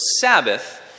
Sabbath